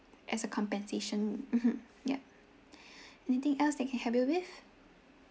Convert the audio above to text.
as a compensation mmhmm yup anything else that I can help you with